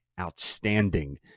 outstanding